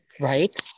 Right